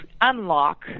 unlock